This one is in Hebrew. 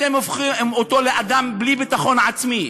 אתם הופכים אותו לאדם בלי ביטחון עצמי,